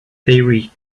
theory